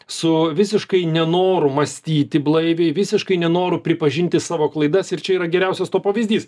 su visiškai nenoru mąstyti blaiviai visiškai nenoru pripažinti savo klaidas ir čia yra geriausias to pavyzdys